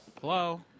hello